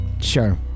sure